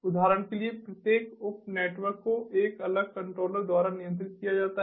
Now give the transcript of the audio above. उदाहरण के लिए प्रत्येक उप नेटवर्क को एक अलग कंट्रोलर द्वारा नियंत्रित किया जाता है